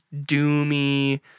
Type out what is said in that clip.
doomy